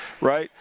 right